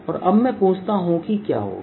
और अब मैं पूछता हूं कि क्या होगा